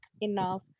enough